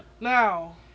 Now